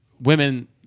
women